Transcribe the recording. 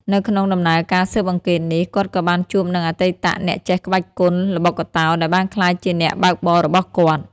នៅក្នុងដំណើរការស៊ើបអង្កេតនេះ គាត់ក៏បានជួបនឹងអតីតអ្នកចេះក្បាច់គុណល្បុក្កតោដែលបានក្លាយជាអ្នកបើកបររបស់គាត់។